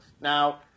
Now